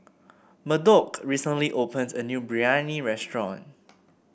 Murdock recently opened a new Biryani restaurant